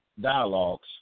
dialogues